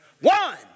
One